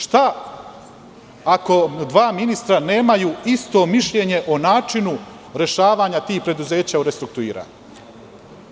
Šta ako dva ministra nemaju isto mišljenje o načinu rešavanja tih preduzeća u restrukturiranju?